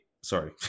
sorry